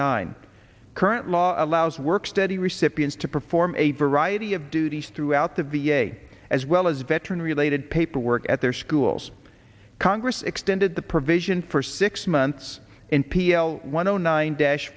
nine current law allows work study recipients to perform a variety of duties throughout the v a as well as veteran related paperwork at their schools congress extended the provision for six months in p l one o nine dash